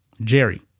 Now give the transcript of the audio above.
Jerry